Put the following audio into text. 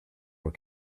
were